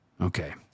Okay